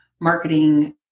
marketing